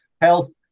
health